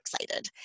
excited